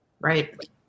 right